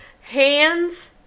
hands